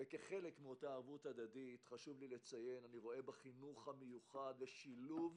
וכחלק מאותה ערבות הדדית חשוב לי לציין אני רואה בחינוך המיוחד שילוב